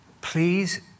Please